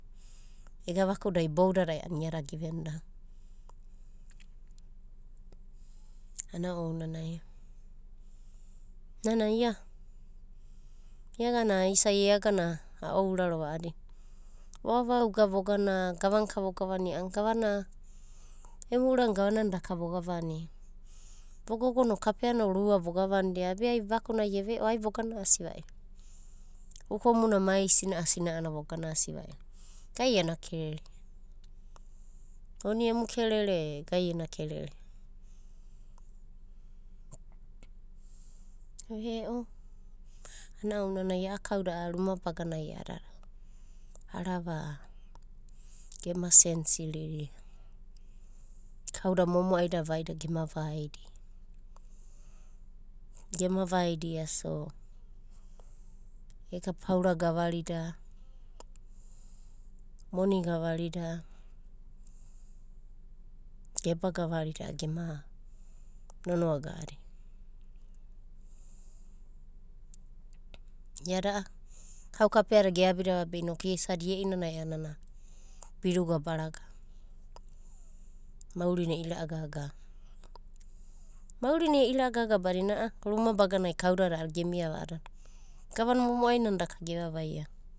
Ega vakuda iboudadai a'ana iada gevenda va. A'ana ounanai nana iagana isa'i iagana aourarova a'adina voavauga vogana gavanka a'ana gavana emu urana gavanana daka vogavania. Vogogo no kapea o nia voganvandia be ai vakuna eve'o ai vora'asi vairo ukomuna mai sina'ana vogana asi vairo. Gai ena kerere? Oni emu kerere e gai ena kerere? a'na ounanai a'a kauda ruma baganai a'adada arava gema sensiriolia. Kauda momo'ai dada vaida gema vaida. Gema vaida ega paura gavarida moni gavarida, geba gavarida a'ana gema nonoa isada ie'inanai a'ana biruga baraga. Maurina e ira'a gagava. Maurina e'ira'agagava badina a'a rumbaganai kaudada gemia va a'adada gavana momoa'inana daka gevavaia.